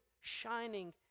shining